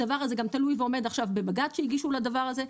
הדבר הזה גם תלוי ועומד עכשיו בבג"ץ שהגישו לדבר הזה,